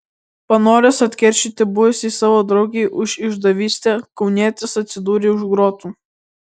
panoręs atkeršyti buvusiai savo draugei už išdavystę kaunietis atsidūrė už grotų